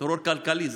כטרור כלכלי.